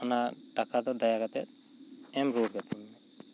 ᱚᱱᱟ ᱴᱟᱠᱟ ᱫᱚ ᱫᱟᱭᱟ ᱠᱟᱛᱮᱜ ᱮᱢ ᱨᱩᱣᱟᱹᱲ ᱠᱟᱹᱛᱤᱧ ᱢᱮ